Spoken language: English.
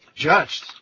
judged